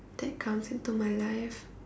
that comes into my life